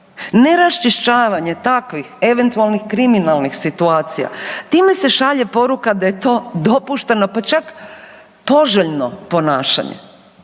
Neraščišćavanje takvih eventualnih kriminalnih situacija, time se šalje poruka da je to dopušteno, pa čak poželjno ponašanje.